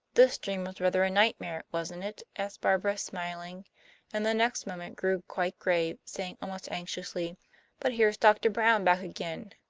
this dream was rather a nightmare, wasn't it? asked barbara, smiling and the next moment grew quite grave, saying almost anxiously but here's doctor brown back again.